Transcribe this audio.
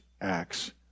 acts